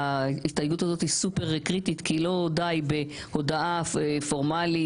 ההסתייגות הזאת היא סופר קריטית כי לא די בהודעה פורמלית,